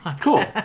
cool